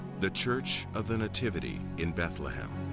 the church of the nativity in bethlehem.